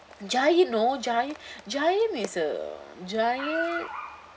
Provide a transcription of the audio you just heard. giant no giant giant is a giant